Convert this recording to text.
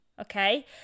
okay